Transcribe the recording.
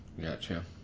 Gotcha